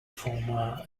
former